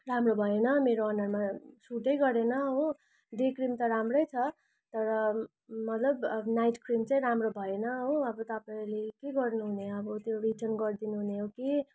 राम्रो भएन मेरो अनुहारमा सुटै गरेन हो डे क्रिम त राम्रै छ तर मतलब नाइट क्रिम चाहिँ राम्रो भएन हो अब तपाईँहरूले के गर्नुहुने अब त्यो रिटर्न गरिदिनु हुने हो कि